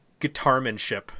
guitarmanship